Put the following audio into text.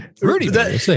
Rudy